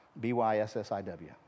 B-Y-S-S-I-W